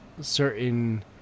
certain